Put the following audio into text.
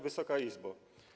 Wysoka Izbo!